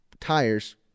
Tires